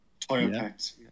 Toyota